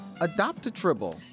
Adopt-A-Tribble